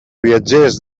viatgers